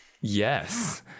Yes